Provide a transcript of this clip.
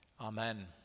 Amen